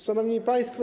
Szanowni Państwo!